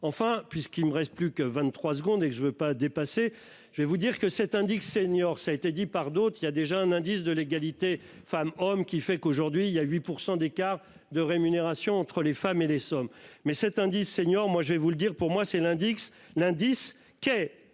Enfin puisqu'il ne reste plus que 23 secondes et je ne veux pas dépasser. Je vais vous dire que cette indique Senior, ça a été dit par d'autres il y a déjà un indice de l'égalité femmes hommes qui fait qu'aujourd'hui il y a 8% d'écart de rémunération entre les femmes et les sommes, mais cet indice senior. Moi je vais vous le dire, pour moi c'est l'index